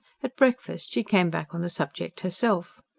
at breakfast she came back on the subject herself.